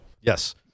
Yes